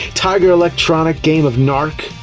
tiger electronic game of narc.